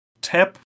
tap